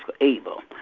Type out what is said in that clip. able